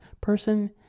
person